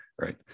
right